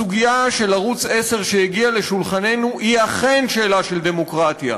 הסוגיה של ערוץ 10 שהגיעה לשולחננו היא אכן שאלה של דמוקרטיה.